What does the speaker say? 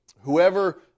whoever